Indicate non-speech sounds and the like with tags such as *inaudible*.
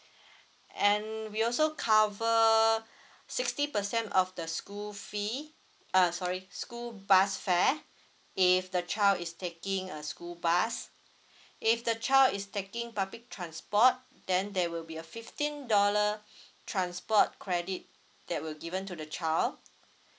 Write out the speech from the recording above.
and we also cover sixty percent of the school fee uh sorry school bus fare if the child is taking a school bus if the child is taking public transport then there will be a fifteen dollar *breath* transport credit that will given to the child